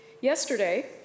Yesterday